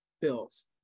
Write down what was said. bills